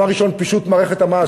דבר ראשון, פישוט מערכת המס.